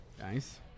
Nice